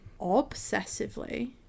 obsessively